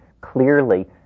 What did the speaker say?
clearly